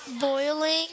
boiling